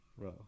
Bro